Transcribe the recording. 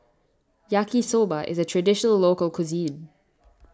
Yaki Soba is a Traditional Local Cuisine